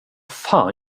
fan